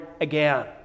again